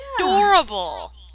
adorable